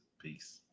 Peace